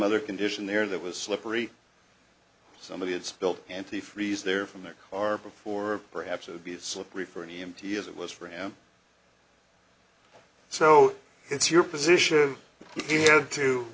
other condition there that was slippery somebody had spilt antifreeze there from there are before perhaps it would be the slippery for an e m t as it was for him so it's your position